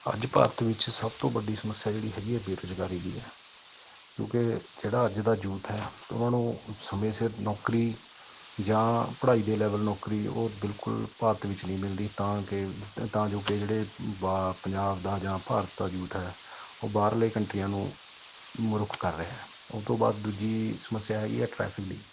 ਅੱਜ ਭਾਰਤ ਵਿੱਚ ਸਭ ਤੋਂ ਵੱਡੀ ਸਮੱਸਿਆ ਜਿਹੜੀ ਹੈਗੀ ਹੈ ਬੇਰੁਜ਼ਗਾਰੀ ਦੀ ਹੈ ਕਿਉਂਕਿ ਜਿਹੜਾ ਅੱਜ ਦਾ ਯੂਥ ਹੈ ਉਹਨੂੰ ਸਮੇਂ ਸਿਰ ਨੌਕਰੀ ਜਾਂ ਪੜ੍ਹਾਈ ਦੇ ਲੈਵਲ ਨੌਕਰੀ ਉਹ ਬਿਲਕੁਲ ਭਾਰਤ ਵਿੱਚ ਨਹੀਂ ਮਿਲਦੀ ਤਾਂ ਕਿ ਤ ਤਾਂ ਜੋ ਕਿ ਜਿਹੜੇ ਬਾ ਪੰਜਾਬ ਦਾ ਜਾਂ ਭਾਰਤ ਦਾ ਯੂਥ ਹੈ ਉਹ ਬਾਹਰਲੇ ਕੰਟਰੀਆਂ ਨੂੰ ਮ ਰੁੱਖ ਕਰ ਰਿਹਾ ਉਹ ਤੋਂ ਬਾਅਦ ਦੂਜੀ ਸਮੱਸਿਆ ਹੈਗੀ ਆ ਟਰੈਫਿਕ ਦੀ